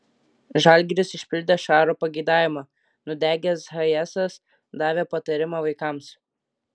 žalgiris išpildė šaro pageidavimą nudegęs hayesas davė patarimą vaikams